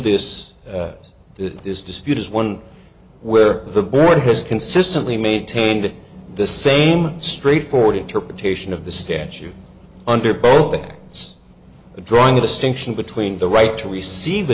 this as this dispute is one where the board has consistently maintained the same straightforward interpretation of the statute under both things and drawing a distinction between the right to receive